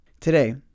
Today